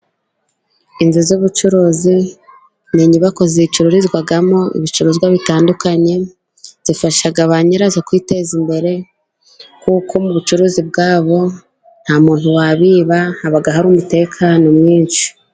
Inzu z'ubucuruzi ni inyubako zicururizwamo ibicuruzwa bitandukanye, zifasha ba nyirazo kwiteza imbere, kuko mu bucuruzi bwabo nta muntu wabiba haba hari umutekano mwinshi.